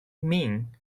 mean